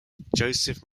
joseph